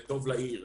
וטוב לעיר.